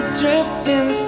drifting